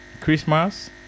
christmas